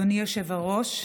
אדוני היושב-ראש,